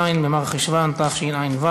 ז' במרחשוון התשע"ו,